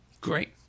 Great